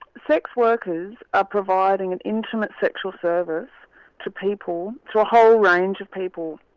sex workers are providing an intimate sexual service to people, to a whole range of people.